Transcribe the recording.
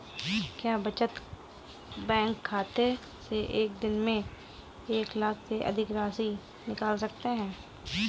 क्या बचत बैंक खाते से एक दिन में एक लाख से अधिक की राशि निकाल सकते हैं?